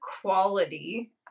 quality